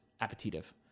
appetitive